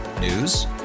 News